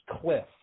cliff